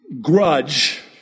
grudge